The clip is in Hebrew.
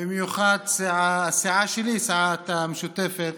במיוחד הסיעה שלי, הסיעה המשותפת.